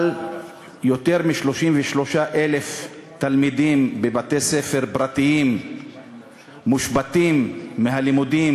אבל יותר מ-33,000 תלמידים בבתי-ספר פרטיים מושבתים מהלימודים,